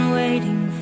waiting